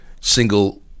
single